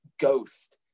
ghost